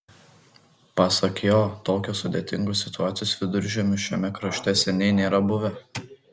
pasak jo tokios sudėtingos situacijos viduržiemiu šiame krašte seniai nėra buvę